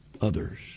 others